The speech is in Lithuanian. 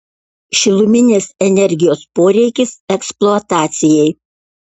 šiluminės energijos poreikis eksploatacijai